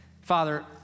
Father